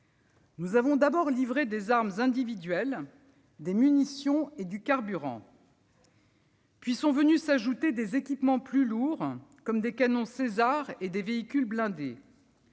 Nous avons d'abord livré des armes individuelles, des munitions et du carburant. Puis sont venus s'ajouter des équipements plus lourds, comme des canons Caesar et des véhicules blindés.